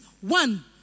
one